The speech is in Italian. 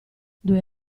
due